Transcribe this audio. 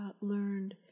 learned